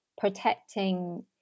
protecting